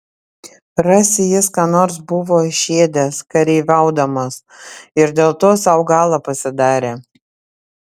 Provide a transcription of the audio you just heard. rasi jis ką nors buvo išėdęs kareiviaudamas ir dėl to sau galą pasidarė